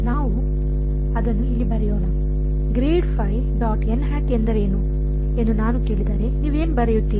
ನಾವು ಅದನ್ನು ಇಲ್ಲಿ ಬರೆಯೋಣ ನೀವು ಅದನ್ನು ಎಂದು ಬರೆಯುತ್ತೀರಿ